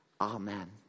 Amen